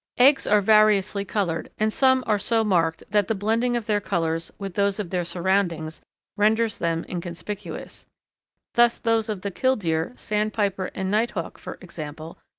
eggs are variously coloured, and some are so marked that the blending of their colours with those of their surroundings renders them inconspicuous. thus those of the killdeer, sandpiper, and nighthawk, for example,